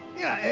yeah,